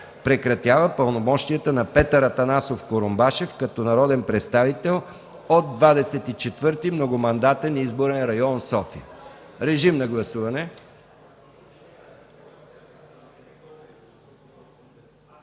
Прекратява пълномощията на Петър Атанасов Курумбашев като народен представител от 24. многомандатен изборен район – София.” Режим на гласуване.